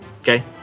Okay